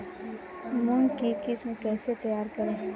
मूंग की किस्म कैसे तैयार करें?